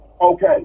okay